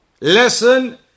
lesson